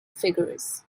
figures